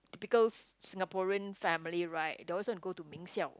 typical Si~ Singaporean family right they also want to go to 名校